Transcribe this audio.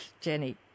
Jenny